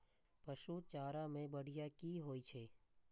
पशु चारा मैं बढ़िया की होय छै?